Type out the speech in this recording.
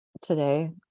today